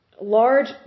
large